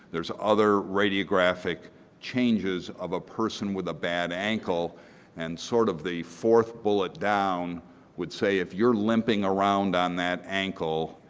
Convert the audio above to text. there is other radiographic changes of a person with a bad ankle and sort of the fourth bullet down would say if you're limping around on that ankle,